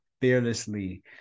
fearlessly